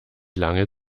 lange